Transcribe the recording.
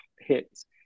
hits